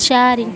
ଚାରି